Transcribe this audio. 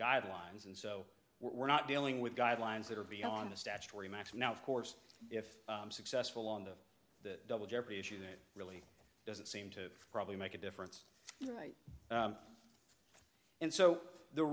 guidelines and so we're not dealing with guidelines that are beyond the statutory max now of course if i'm successful on the double jeopardy issue that really doesn't seem to probably make a difference right and so the